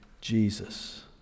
Jesus